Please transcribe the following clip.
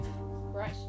Right